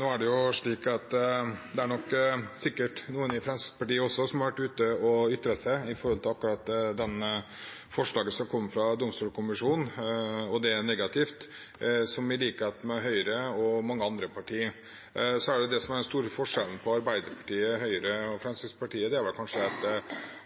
Nå er det nok sikkert noen i Fremskrittspartiet også som har vært ute og ytret seg om akkurat dette forslaget som kommer fra Domstolkommisjonen, og det er negativt, i likhet med i Høyre og mange andre partier. Det som er den store forskjellen på Arbeiderpartiet, Høyre og Fremskrittspartiet, er kanskje at